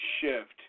shift